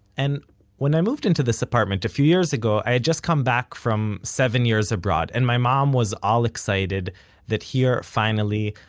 and when i moved into this apartment a few years ago i had just come back from seven years abroad and my mom was all excited that here, finally,